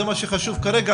זה מה שחשוב כרגע.